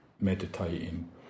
meditating